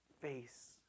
face